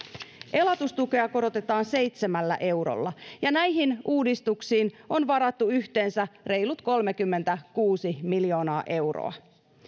elatustukea korotetaan seitsemällä eurolla näihin uudistuksiin on varattu yhteensä reilut kolmekymmentäkuusi miljoonaa euroa